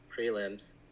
prelims